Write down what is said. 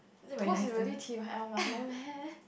cause it really T_Y_L mah no meh